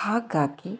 ಹಾಗಾಗಿ